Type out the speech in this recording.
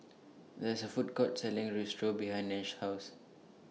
There IS A Food Court Selling Risotto behind Nash's House